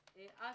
אזבסט,